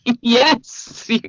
yes